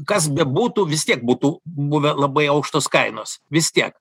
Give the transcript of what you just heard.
kas bebūtų vis tiek būtų buvę labai aukštos kainos vis tiek